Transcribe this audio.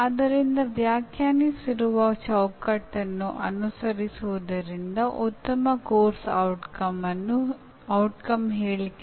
ನಾವು ಗಮನಿಸಿದಂತೆ ಶಿಕ್ಷಣವು ಉದ್ದೇಶಪೂರ್ವಕ ಕಲಿಕೆ